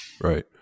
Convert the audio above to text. Right